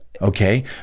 Okay